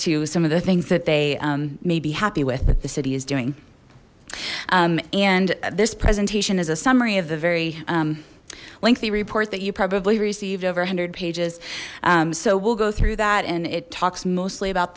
to some of the things that they may be happy with what the city is doing and this presentation is a summary of the very lengthy report that you probably received over one hundred pages so we'll go through that and it talks mostly about